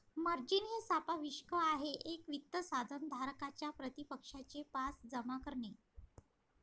margin हे सांपार्श्विक आहे एक वित्त साधन धारकाच्या प्रतिपक्षाचे पास जमा करणे